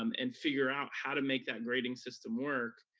um and figure out how to make that grading system work,